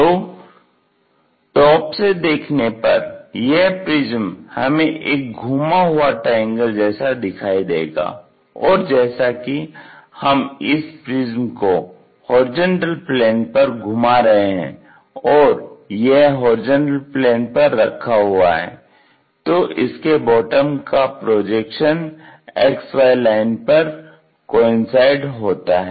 तो टॉप से देखने पर यह प्रिज्म हमें एक घुमा हुआ ट्रायंगल जैसा दिखाई देगा और जैसा कि हम इस प्रिज्म को HP पर घुमा रहे है और यह HP पर रखा हुआ है तो इसके बॉटम का प्रोजेक्शन XY लाइन पर कोइंसाइड होता है